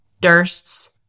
Durst's